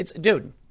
Dude